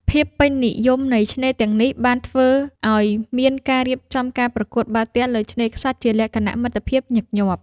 ភាពពេញនិយមនៃឆ្នេរទាំងនេះបានធ្វើឱ្យមានការរៀបចំការប្រកួតបាល់ទះលើឆ្នេរខ្សាច់ជាលក្ខណៈមិត្តភាពញឹកញាប់។